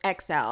XL